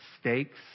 stakes